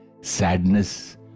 sadness